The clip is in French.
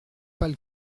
pâle